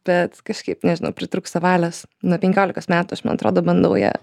bet kažkaip nežinau pritrūksta valios nuo penkiolikos metų aš man atrodo bandau ja